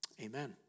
Amen